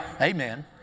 Amen